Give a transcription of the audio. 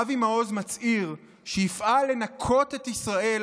אבי מעוז מצהיר שיפעל לנקות את ישראל